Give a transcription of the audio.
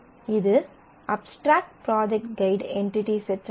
இது abstract project guide entity set ஆகும்